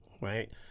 right